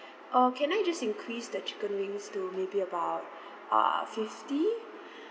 uh can I just increase the chicken wings to maybe about uh fifty